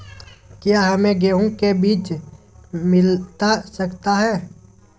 क्या हमे गेंहू के बीज मिलता सकता है?